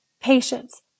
patience